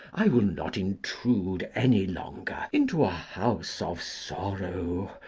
i will not intrude any longer into a house of sorrow.